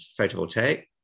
photovoltaic